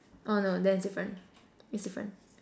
oh no then is different it's different